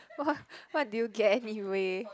what what do you get anyway